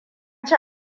ci